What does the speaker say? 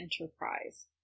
enterprise